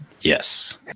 Yes